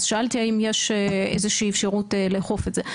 אז שאלתי האם יש איזושהי אפשרות לאכוף את זה.